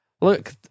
look